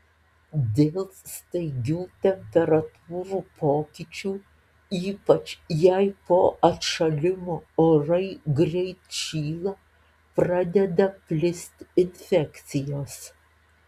dėl staigių temperatūrų pokyčių ypač jei po atšalimo orai greit šyla pradeda plisti infekcijos